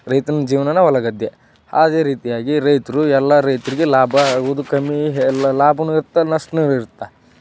ರೈತನ ಜೀವ್ನನೇ ಹೊಲ ಗದ್ದೆ ಅದೇ ರೀತಿಯಾಗಿ ರೈತರು ಎಲ್ಲ ರೈತರಿಗೆ ಲಾಭ ಹೌದು ಕಮ್ಮಿ ಎಲ್ಲ ಲಾಭವೂ ಇರ್ತೆ ನಷ್ಟನೂ ಇರ್ತೆ